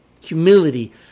humility